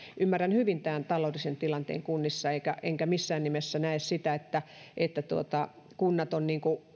ymmärrän hyvin tämän taloudellisen tilanteen kunnissa enkä missään nimessä näe niin että kunnilla on